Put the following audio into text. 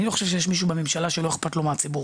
אני לא חושב שיש מישהו בממשלה שלא אכפת לו מהציבור,